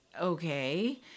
okay